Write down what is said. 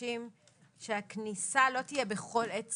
שמבקשים שהכניסה לא תהיה בכל עת סבירה,